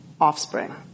offspring